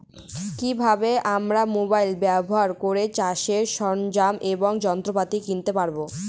কি ভাবে আমরা মোবাইল ব্যাবহার করে চাষের সরঞ্জাম এবং যন্ত্রপাতি কিনতে পারবো?